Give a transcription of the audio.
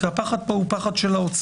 כי הפחד פה הוא פחד של האוצר.